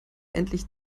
endlich